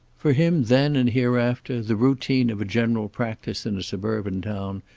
for him then and hereafter the routine of a general practice in a suburban town,